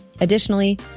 Additionally